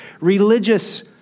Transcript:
Religious